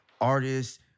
artists